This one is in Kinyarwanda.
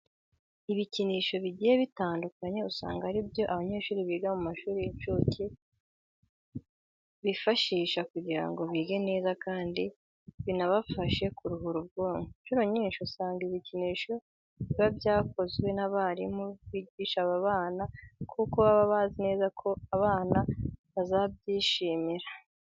Ibikinisho bigiye bitandukanye usanga ari byo abanyeshuri biga mu mashuri y'incuke bifashisha kugira ngo bige neza kandi binabafashe kuruhura ubwonko. Incuro nyinshi usanga ibi bikinisho biba byarakozwe n'abarimu bigisha aba bana kuko baba bazi neza ko abana bazabyishimira.